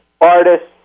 artists